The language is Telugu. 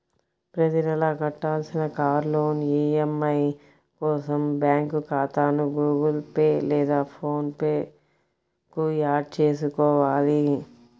ప్రతి నెలా కట్టాల్సిన కార్ లోన్ ఈ.ఎం.ఐ కోసం బ్యాంకు ఖాతాను గుగుల్ పే లేదా ఫోన్ పే కు యాడ్ చేసుకోవాలి